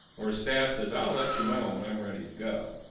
or staff says i'll let you know when i'm ready to go.